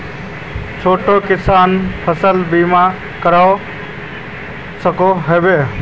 छोटो किसान फसल बीमा करवा सकोहो होबे?